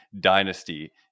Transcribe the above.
dynasty